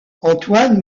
antoine